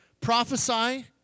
prophesy